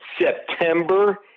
september